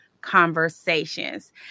Conversations